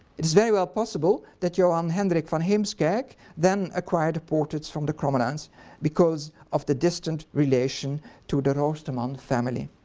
it is very well possible that joan um hendrik van heemskerck then acquired the portrait from the crommelins because of his distant relation to the roosterman family.